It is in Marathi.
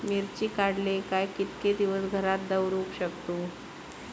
मिर्ची काडले काय कीतके दिवस घरात दवरुक शकतू?